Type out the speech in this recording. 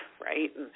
right